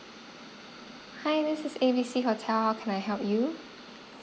hi this is A B C hotel how can I help you